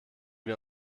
wir